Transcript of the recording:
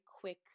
quick